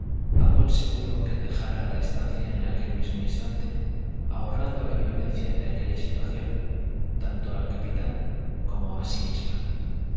a buen seguro que dejara la estancia en aquel mismo instante ahorrando la violencia de aquella situación tanto al capitán como a sí misma